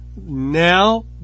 Now